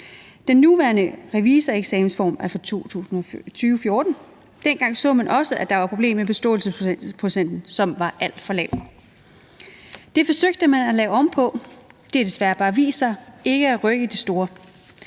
Den nuværende revisoreksamensform er fra 2014. Dengang så man også, at der var problemer med beståelsesprocenten, som var alt for lav. Det forsøgte man at lave om på. Det har desværre bare vist sig ikke at rykke det store.